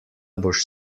boš